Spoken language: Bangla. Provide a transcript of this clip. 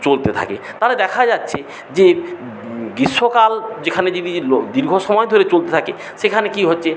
চলতে থাকে তাহলে দেখা যাচ্ছে যে গ্রীষ্মকাল যেখানে দীর্ঘ সময় ধরে চলতে থাকে সেখানে কী হচ্ছে